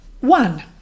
One